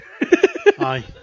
Aye